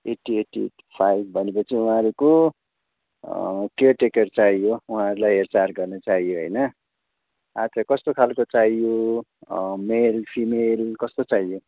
eighty eighty five भनेपछि उँहाहरूको caretaker चाहियो उँहाहरूलाई हेरचार गर्ने चाहियो होइन आच्छा कस्तो खालको चाहियो मेल फिमेल कस्तो चाहियो